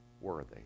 worthy